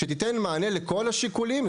שתיתן מענה לכל השיקולים.